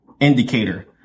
indicator